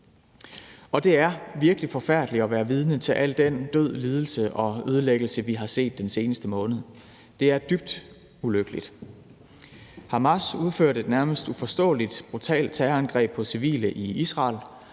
Det er virkelig forfærdeligt at være vidne til al den død, lidelse og ødelæggelse, vi har set den seneste måned. Det er dybt ulykkeligt. Hamas udførte et nærmest uforståelig brutalt terrorangreb på civile i Israel,